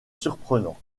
surprenant